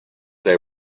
they